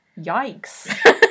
yikes